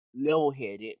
level-headed